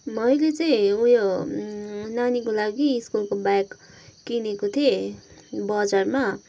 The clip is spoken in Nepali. मैले चाहिँ उयो नानीको लागि स्कुलको ब्याग किनेको थिएँ बजारमा